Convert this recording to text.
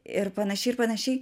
ir panašiai ir panašiai